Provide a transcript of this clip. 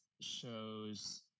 shows